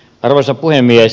arvoisa puhemies